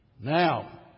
Now